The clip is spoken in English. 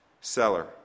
seller